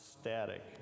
static